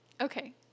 Okay